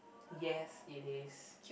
yes it is